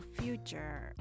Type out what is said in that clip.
future